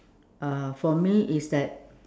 uh for me it's at